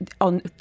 on